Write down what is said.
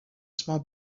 small